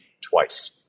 twice